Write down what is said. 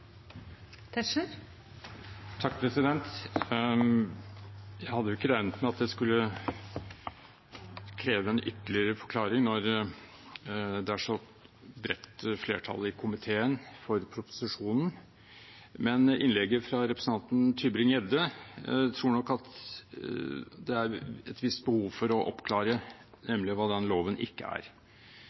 Jeg hadde ikke regnet med at det skulle kreve en ytterligere forklaring når det er et så bredt flertall i komiteen for proposisjonen, men etter innlegget fra representanten Tybring-Gjedde tror jeg det er et visst behov for å oppklare hva denne loven ikke er.